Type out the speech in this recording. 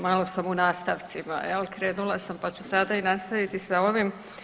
Malo sam u nastavcima jel, krenula sam, pa ću sada i nastaviti sa ovim.